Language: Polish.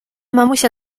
mamusia